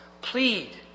Plead